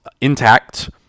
intact